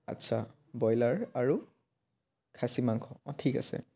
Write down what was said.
আচ্ছা বইলাৰ আৰু খাছী মাংস অ ঠিক আছে